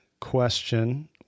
question